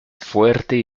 fuerte